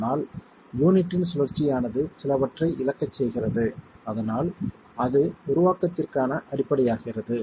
ஆனால் யூனிட்டின் சுழற்சியானது சிலவற்றை இழக்கச் செய்கிறது அதனால் அது உருவாக்கத்திற்கான அடிப்படையாகிறது